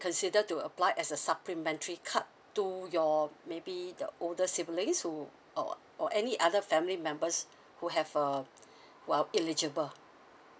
consider to apply as a supplementary card to your maybe the older siblings who or or any other family members who have uh well eligible